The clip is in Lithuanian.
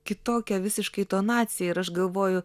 kitokia visiškai tonacija ir aš galvoju